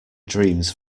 dreams